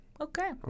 Okay